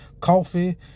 coffee